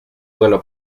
suelo